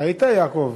ראית, יעקב?